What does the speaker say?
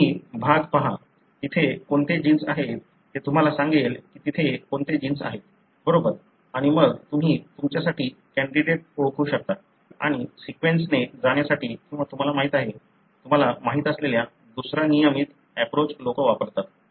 म्हणून तर तुम्ही भाग पहा तेथे कोणते जीन्स आहेत ते तुम्हाला सांगेल की तेथे कोणते जीन्स आहेत बरोबर आणि मग तुम्ही तुमच्यासाठी कॅण्डीडेट ओळखू शकता आणि सीक्वेन्सने जाण्यासाठी किंवा तुम्हाला माहीत आहे तुम्हाला माहीत असलेला दुसरा नियमित एप्रोच लोक करतात